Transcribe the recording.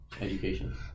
education